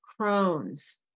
Crohn's